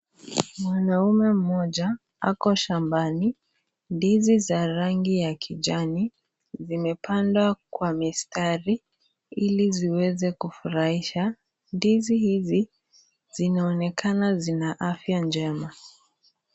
Mwanaume mmoja ako shambani ndizi za rangi ya kijani zimepandwa kwa mistari ili ziweze kufurahisha. Ndizi hizi zinaonekana zikiwa afya njema.